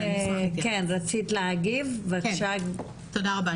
תודה רבה.